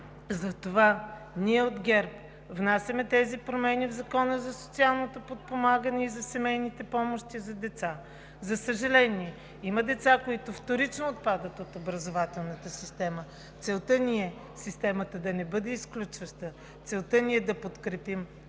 Затова ние от ГЕРБ внасяме тези промени в Закона за социално подпомагане и за семейните помощи за деца. За съжаление, има деца, които вторично отпадат от образователната система. Целта ни е системата да не бъде изключваща. Целта ни е да подкрепим всяко